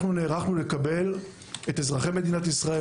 אנחנו נערכנו לקבל את אזרחי מדינת ישראל,